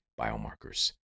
biomarkers